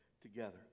together